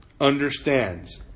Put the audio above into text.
understands